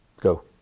Go